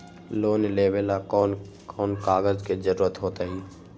Loan लेवेला कौन कौन कागज के जरूरत होतई?